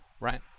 right